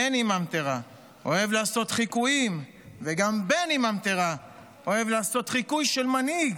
מני ממטרה אוהב לעשות חיקויים וגם בני ממטרה אוהב לעשות חיקוי של מנהיג.